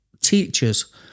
teachers